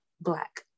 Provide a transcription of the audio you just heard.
black